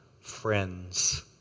friends